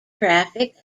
traffic